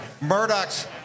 Murdoch's